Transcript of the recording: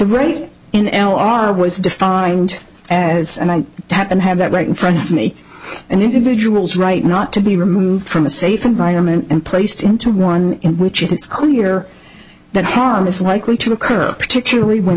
rate in l r was defined as and i happen to have that right in front of me an individual's right not to be removed from a safe environment and placed into one in which it is clear that harm is likely to occur particularly when